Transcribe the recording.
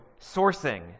sourcing